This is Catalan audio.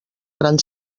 gran